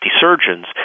surgeons